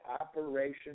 operation